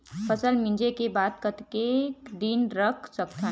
फसल मिंजे के बाद कतेक दिन रख सकथन?